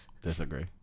Disagree